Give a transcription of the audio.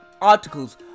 articles